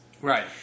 Right